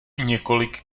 několik